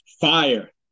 fire